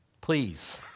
Please